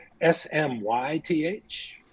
S-M-Y-T-H